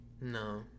No